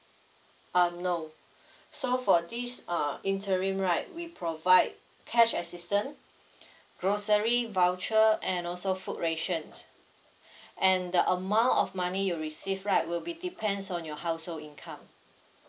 uh no so for this uh interim right we provide cash assistant grocery voucher and also food rations and the amount of money you receive right will be depends on your household income